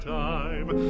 time